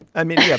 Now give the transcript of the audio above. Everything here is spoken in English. i mean. yeah